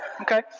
okay